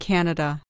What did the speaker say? Canada